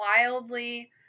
wildly